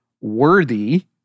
worthy